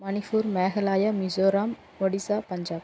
Manipur Meghalaya Mizoram Odisha Punjab